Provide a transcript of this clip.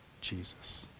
Jesus